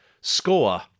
score